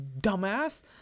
dumbass